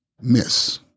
miss